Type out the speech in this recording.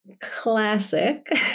classic